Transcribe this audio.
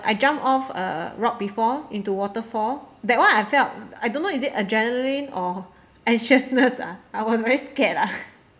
I jumped off a rock before into waterfall that one I felt I don't know is it adrenaline or stressedness ah I was very scared lah